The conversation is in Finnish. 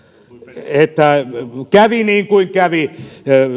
että kävi niin kuin kävi